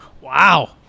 Wow